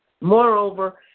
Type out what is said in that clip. Moreover